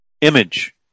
image